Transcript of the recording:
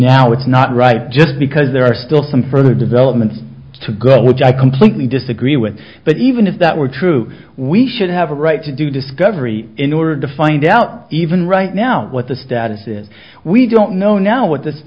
now it's not right just because there are still some further developments to girl which i completely disagree with but even if that were true we should have a right to do discovery in order to find out even right now what the status is we don't know now what this